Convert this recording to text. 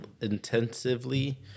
intensively